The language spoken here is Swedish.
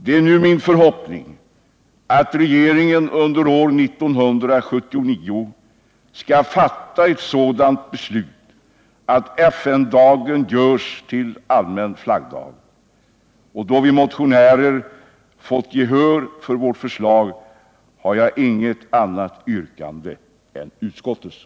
Det är nu min förhoppning att regeringen under år 1979 skall fatta ett sådant beslut att FN-dagen görs till allmän flaggdag. Då vi motionärer fått gehör för vårt förslag, har jag inget annat yrkande än utskottets.